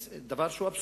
זה דבר אבסורדי.